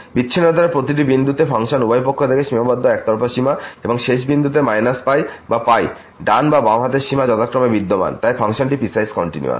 বিচ্ছিন্নতার প্রতিটি বিন্দুতে ফাংশন উভয় পক্ষ থেকে সীমাবদ্ধ একতরফা সীমা এবং শেষ বিন্দুতে π বা ডান এবং বাম হাতের সীমা যথাক্রমে বিদ্যমান এবং তাই ফাংশনটি পিসওয়াইস কন্টিনিউয়াস